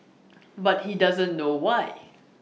but he doesn't know why